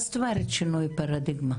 מה זאת אומרת שינוי פרדיגמה?